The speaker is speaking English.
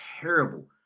terrible